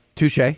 Touche